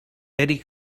eddy